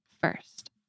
first